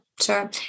Sure